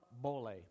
bole